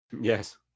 yes